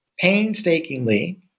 painstakingly